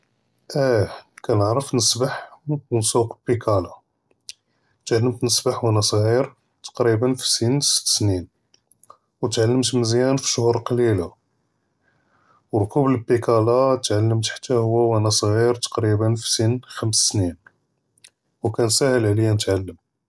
כּנַערְף נְסבַּח ו נְסוּק בִּכּלַא، תעלַמְת נְסבַּח ו אַנַא צְעִ'יר תַקרִיבַּא פִּ סִנּ סִת סְנִין، ו תעלַמְת מְזִיַאן פִּ שְהוּר קְלִילַה، ו רְכּוּבּ לְבִּכּלַא תעלַמְת חַתַّ הוּ ואַנַא צְעִ'יר תַקרִיבַּא פִּ סִנّ חְ'מְס סְנִין، ו כַּאנ סַאהֶל עְלִיַא נְתעלַם.